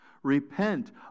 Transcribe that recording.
Repent